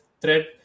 thread